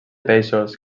peixos